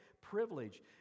privilege